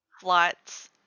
flights